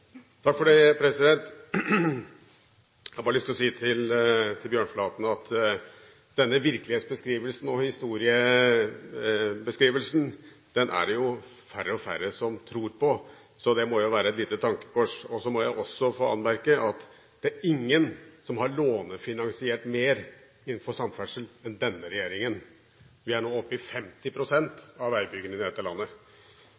det færre og færre som tror på. Det må være et lite tankekors. Så må jeg også få anmerke at det er ingen som har lånefinansiert mer innenfor samferdsel enn denne regjeringen. Vi er nå oppe i 50